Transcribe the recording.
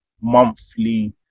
monthly